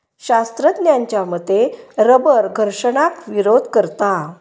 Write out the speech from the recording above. शास्त्रज्ञांच्या मते रबर घर्षणाक विरोध करता